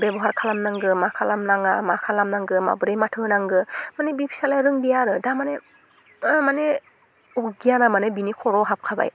बेबहार खालामनांगो मा खालामनाङा मा खालामनांगो माबोरै माथो होनांगो मानि बि फिसालाया रोंदिया आरो थारमाने माने अगियाना माने बिनि खर'आव हाबखाबाय